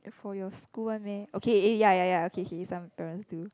for your school one meh okay eh ya ya ya okay okay some parents do